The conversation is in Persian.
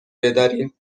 بداریم